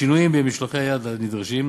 שינויים במשלחי היד הנדרשים,